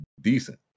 decent